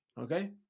okay